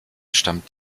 stammt